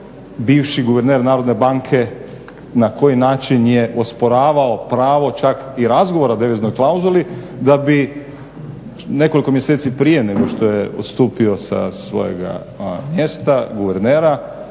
bivši guverner Narodne banke na koji način je osporavao pravo čak i razgovora o deviznoj klauzuli, da bi nekoliko mjeseci prije nego što je odstupio sa svojega mjesta guvernera